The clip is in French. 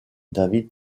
david